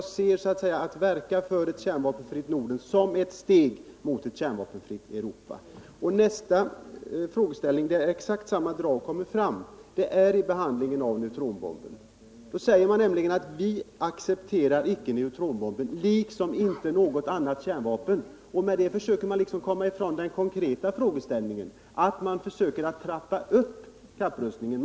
Att verka för ett kärnvapenfritt Norden ser jag som ett steg mot et kärnvapenfritt Europa. Nästa frågeställning, där exakt samma drag kommer fram, gäller behandlingen av neutronbomben. Då säger man nämligen att vi icke accepterar neutronbomben, liksom inte heller något annat kärnvapen. Med det försöker man komma ifrån den konkreta frågeställningen. Man försöker trappa upp kapprustningen.